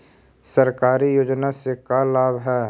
सरकारी योजना से का लाभ है?